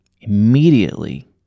immediately